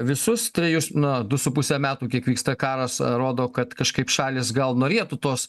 visus trejus na du su puse metų kiek vyksta karas rodo kad kažkaip šalys gal norėtų tos